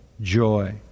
joy